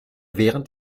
während